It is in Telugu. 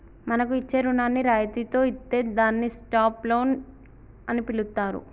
మనకు ఇచ్చే రుణాన్ని రాయితితో ఇత్తే దాన్ని స్టాప్ లోన్ అని పిలుత్తారు